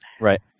Right